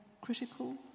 critical